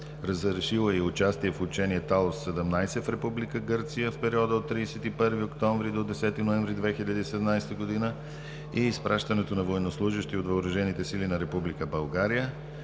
Разрешил е и участие в учението „АЛ 17“ в Република Гърция в периода от 31 октомври до 10 ноември 2017 г. и изпращането на военнослужещи от въоръжените сили на Република България.